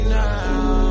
now